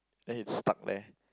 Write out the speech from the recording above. then it's stuck there